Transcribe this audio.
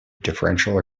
differential